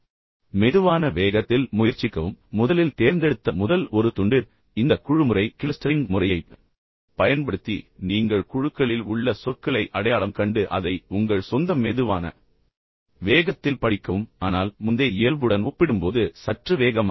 இப்போது நீங்கள் மெதுவான வேகத்தில் முயற்சிக்கவும் முதலில் தேர்ந்தெடுத்த முதல் ஒரு துண்டு இப்போது இந்த குழு முறை கிளஸ்டரிங் முறையைப் பயன்படுத்தி நீங்கள் குழுக்களில் உள்ள சொற்களை அடையாளம் கண்டு பின்னர் அதை உங்கள் சொந்த மெதுவான வேகத்தில் படிக்கவும் ஆனால் முந்தைய இயல்புடன் ஒப்பிடும்போது சற்று வேகமாக